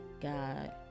God